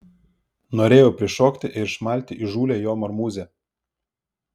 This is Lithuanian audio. norėjau prišokti ir išmalti įžūlią jo marmūzę